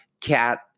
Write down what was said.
cat